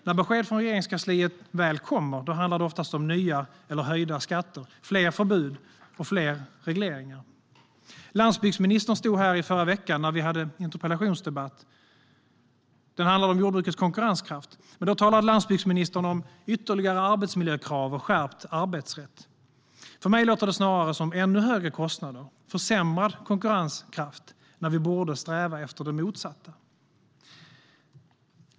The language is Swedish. När besked från Regeringskansliet väl kommer handlar det oftast om nya eller höjda skatter, fler förbud och fler regleringar. Landsbygdsministern stod här i förra veckan, när vi hade interpellationsdebatt. Den handlade om jordbrukets konkurrenskraft, men landsbygdsministern talade om ytterligare arbetsmiljökrav och skärpt arbetsrätt. För mig låter det snarare som ännu högre kostnader och försämrad konkurrenskraft, när vi borde sträva efter det motsatta.